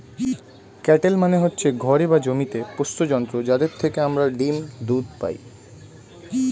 cattle মানে হচ্ছে ঘরে বা জমিতে পোষ্য জন্তু যাদের থেকে আমরা ডিম, দুধ পাই